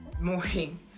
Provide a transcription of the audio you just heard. morning